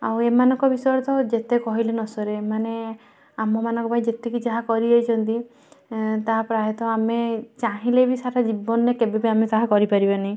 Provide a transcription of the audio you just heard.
ଆଉ ଏମାନଙ୍କ ବିଷୟରେ ତ ଯେତେ କହିଲେ ନ ସରେ ଏମାନେ ଆମ ମାନଙ୍କ ପାଇଁ ଯେତିକି ଯାହା କରିଯାଇଛନ୍ତି ତାହା ପ୍ରାୟତଃ ଆମେ ଚାହିଁଲେ ବି ସାରା ଜୀବନରେ କେବେ ବି ତାହା କରିପାରିବାନି